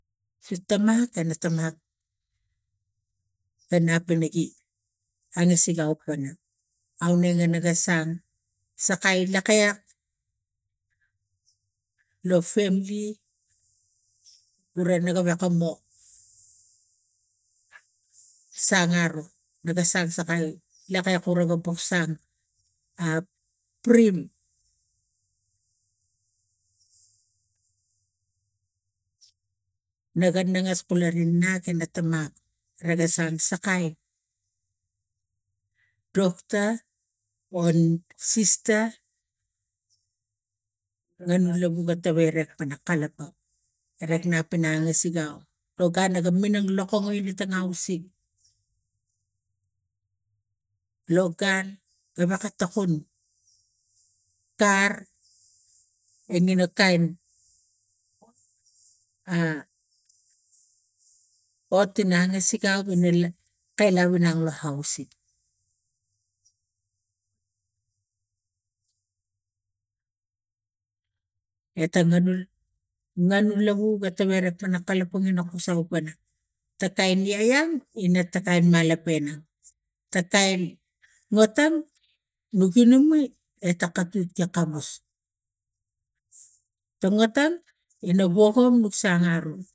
Si timak ana tamak ga nap inagi angasik aupana aurege ga sang sakai lakeak lo pamili ure re gewek ga mo sang aro lo ga sang sakai ekalak kuren prem naga ngas kulume natate mat ina ri ga sang saikai soxta o sista gnan ulau ga tawai nek lo gun lo ga minang lokono tono ausik lo gun e gewek a tokun kar engere kain hot ina angasik au in lak kai lau inang la ausik atanga lu ngare lava ga tavaina pana kalapang ina kusau pana ta kain yaya ina ta kain malapena ta kain otom nu gi inume eta kapi takamus ta ngota eta woge nok sang aro